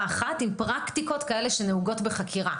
אחת עם פרקטיקות כאלה שנהוגות בחקירה,